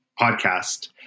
podcast